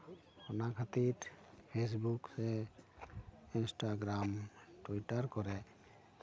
ᱚᱱᱟ ᱠᱷᱟ ᱛᱤᱨ ᱯᱷᱮᱥᱵᱩᱠ ᱥᱮ ᱤᱱᱥᱴᱟᱜᱨᱟᱢ ᱴᱩᱭᱴᱟᱨ ᱠᱚᱨᱮ